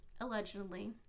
Allegedly